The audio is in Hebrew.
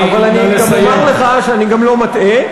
אבל אני גם אומר לך שאני גם לא מטעה,